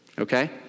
okay